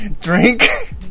drink